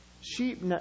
Sheep